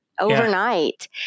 overnight